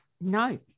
no